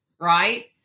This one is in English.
right